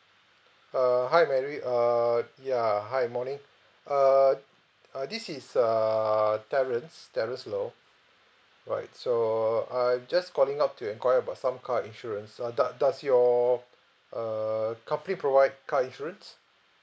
err hi mary err ya hi morning uh uh this is err terence terence low right so uh I'm just calling up to inquire about some car insurance uh does does your err company provide car insurance